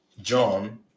John